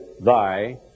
thy